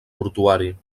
portuari